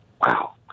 Wow